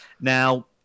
Now